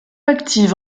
active